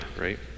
right